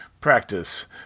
practice